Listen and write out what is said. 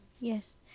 Yes